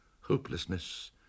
hopelessness